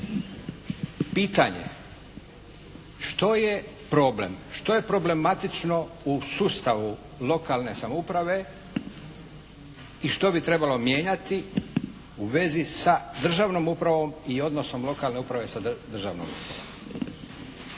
pitanje što je problem, što je problematično u sustavu lokalne samouprave i što bi trebalo mijenjati u vezi sa državnom upravom i odnosom lokalne uprave sa državnom upravom.